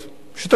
שתגיד את זה,